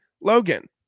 Logan